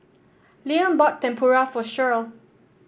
Liam bought Tempura for Shirl